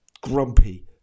grumpy